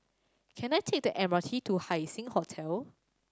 can I take the M R T to Haising Hotel